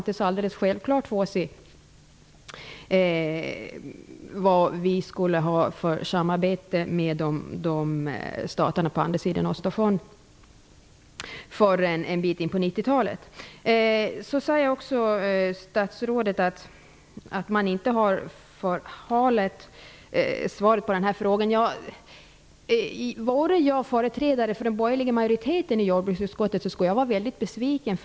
Det var inte alldeles självklart vad för slags samarbete vi skulle ha med staterna på andra sidan Östersjön förrän en bit in på 90-talet. Statsrådet säger också att svaret på den här frågan inte har förhalats. Vore jag företrädare för den borgerliga majoriteten i jordbruksutskottet, skulle jag vara väldigt besviken.